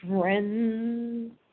friends